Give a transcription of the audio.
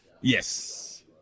Yes